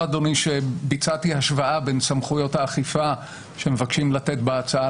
ביצעתי השוואה בין סמכויות האכיפה שמבקשים לתת בהצעה